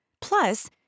Plus